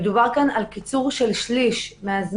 מדובר כאן על קיצור של שליש מהזמן.